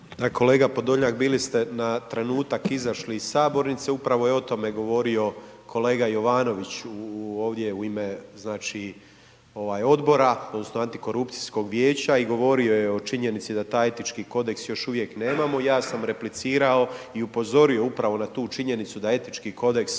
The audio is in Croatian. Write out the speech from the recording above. Kolega Podolnjak, bili ste na trenutak izašli iz sabornice, upravo je o tome govorio kolega Jovanović, ovdje u ime znači ovaj odbora, odnosno, antikorupcijskog vijeća i govorio je o činjenici da taj etički kodeks još uvijek nemamo i ja sam replicirao i upozorio upravo na tu činjenicu, da etički kodeks